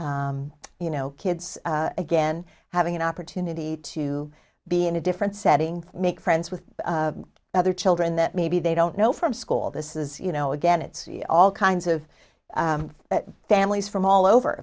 you know kids again having an opportunity to be in a different setting make friends with other children that maybe they don't know from school this is you know again it's all kinds of families from all over